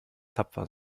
tapfer